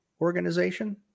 organization